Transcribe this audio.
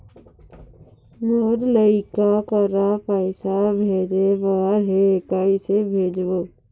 मोर लइका करा पैसा भेजें बर हे, कइसे भेजबो?